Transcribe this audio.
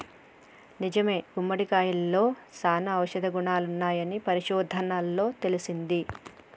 నిజమే గుమ్మడికాయలో సానా ఔషధ గుణాలున్నాయని పరిశోధనలలో తేలింది